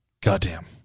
Goddamn